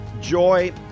joy